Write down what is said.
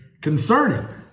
concerning